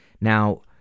Now